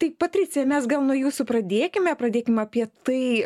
tai patricija mes gal nuo jūsų pradėkime pradėkim apie tai